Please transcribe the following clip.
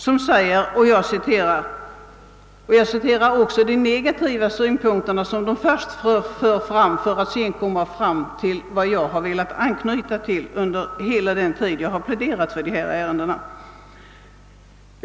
Justitieråden framför först vissa negativa synpunkter — som jag också skall citera — men kommer sedan fram till det som jag velat anknyta till under hela den tid jag pläderat för denna fråga.